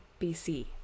BC